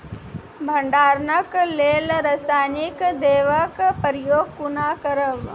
भंडारणक लेल रासायनिक दवेक प्रयोग कुना करव?